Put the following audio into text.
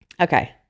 Okay